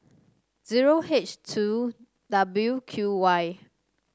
zero H two W Q Y